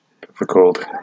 difficult